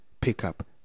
pickup